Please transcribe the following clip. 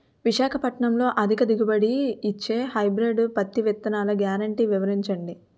విశాఖపట్నంలో అధిక దిగుబడి ఇచ్చే హైబ్రిడ్ పత్తి విత్తనాలు గ్యారంటీ వివరించండి?